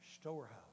storehouse